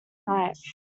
night